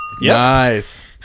Nice